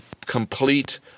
complete